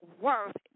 worth